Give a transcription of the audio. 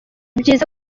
byiza